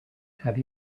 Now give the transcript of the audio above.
have